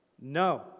no